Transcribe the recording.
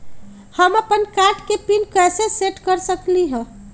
हम अपन कार्ड के पिन कैसे सेट कर सकली ह?